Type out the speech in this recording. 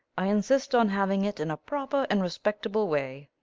i insist on having it in a proper and respectable way.